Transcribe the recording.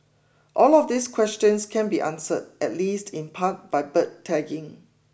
all of these questions can be answered at least in part by bird tagging